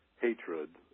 hatred